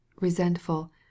resentful